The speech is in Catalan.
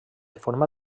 forma